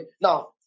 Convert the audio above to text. Now